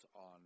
on